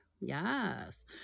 yes